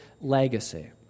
legacy